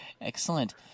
Excellent